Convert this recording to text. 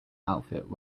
outfit